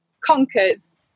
conquers